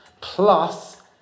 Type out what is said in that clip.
plus